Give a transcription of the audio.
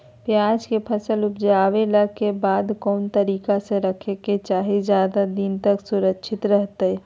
प्याज के फसल ऊपजला के बाद कौन तरीका से रखे के चाही की ज्यादा दिन तक सुरक्षित रहय?